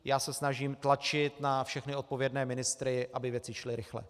Já se snažím tlačit na všechny odpovědné ministry, aby věci šly rychle.